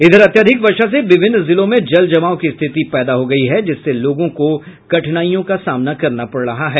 इधर अत्याधिक वर्षा से विभिन्न जिलों में जल जमाव की स्थिति पैदा हो गयी है जिससे लोगों को कठिनाईयों का सामना करना पड़ रहा है